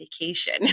vacation